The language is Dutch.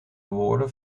woorden